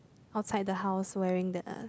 outside the house wearing the